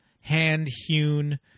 hand-hewn